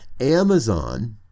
amazon